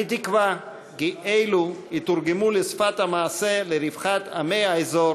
אני תקווה כי אלו יתורגמו לשפת המעשה לרווחת עמי האזור